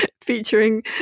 featuring